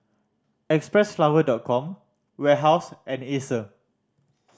Xpressflower Dot Com Warehouse and Acer